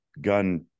gun